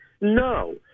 No